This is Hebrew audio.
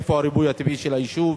איפה הריבוי הטבעי של היישוב?